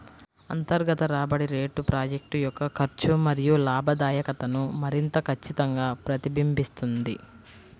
అంతర్గత రాబడి రేటు ప్రాజెక్ట్ యొక్క ఖర్చు మరియు లాభదాయకతను మరింత ఖచ్చితంగా ప్రతిబింబిస్తుంది